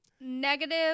Negative